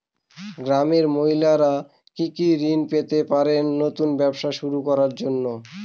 গ্রামের মহিলারা কি কি ঋণ পেতে পারেন নতুন ব্যবসা শুরু করার জন্য?